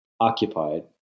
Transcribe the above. occupied